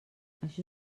això